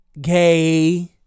gay